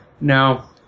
No